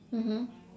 mmhmm